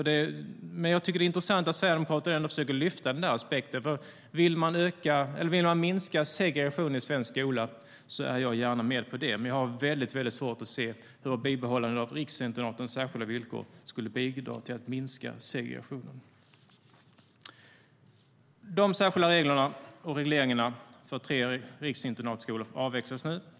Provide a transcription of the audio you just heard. Men det är intressant att Sverigedemokraterna försöker lyfta fram den aspekten. Om man vill minska segregationen i svensk skola är jag gärna med på det, men jag har svårt att se hur bibehållandet av riksinternatens särskilda villkor skulle bidra till att minska segregationen.De särskilda reglerna och regleringarna för tre riksinternatskolor avvecklas nu.